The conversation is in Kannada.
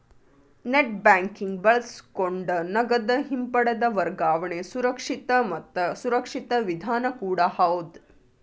ನೆಟ್ಬ್ಯಾಂಕಿಂಗ್ ಬಳಸಕೊಂಡ ನಗದ ಹಿಂಪಡೆದ ವರ್ಗಾವಣೆ ಸುರಕ್ಷಿತ ಮತ್ತ ಸುರಕ್ಷಿತ ವಿಧಾನ ಕೂಡ ಹೌದ್